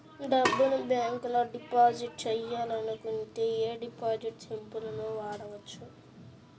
డబ్బును బ్యేంకులో డిపాజిట్ చెయ్యాలనుకుంటే యీ డిపాజిట్ స్లిపులను వాడొచ్చు